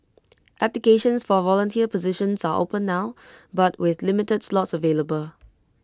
applications for volunteer positions are open now but with limited slots available